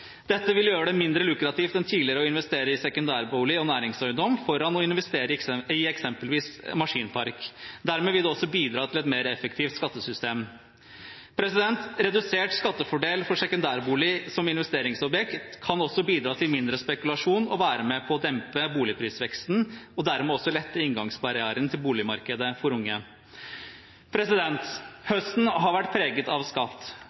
Dette vil gjøre det mindre lukrativt enn tidligere å investere i sekundærbolig og næringseiendom framfor å investere i eksempelvis en maskinpark. Dermed vil det også bidra til et mer effektivt skattesystem. Redusert skattefordel for sekundærbolig som investeringsobjekt kan også bidra til mindre spekulasjon og være med på å dempe boligprisveksten og dermed også lette inngangsbarrieren til boligmarkedet for unge. Høsten har vært preget av skatt: